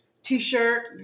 t-shirt